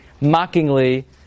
mockingly